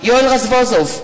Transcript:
יואל רזבוזוב,